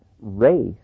race